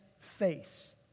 face